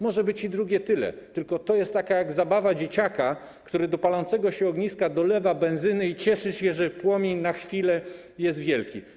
Może być i drugie tyle, tylko to jest tak jak zabawa dzieciaka, który do palącego się ogniska dolewa benzyny i cieszy się, że płomień na chwilę jest wielki.